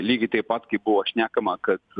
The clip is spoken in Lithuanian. lygiai taip pat kaip buvo šnekama kad